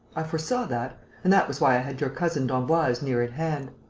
i foresaw that and that was why i had your cousin d'emboise near at hand.